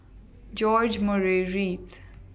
George Murray Reith